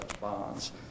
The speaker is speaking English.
bonds